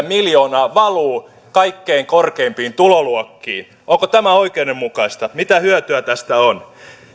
miljoonaa valuu kaikkein korkeimpiin tuloluokkiin onko tämä oikeudenmukaista mitä hyötyä tästä on